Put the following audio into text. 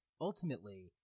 Ultimately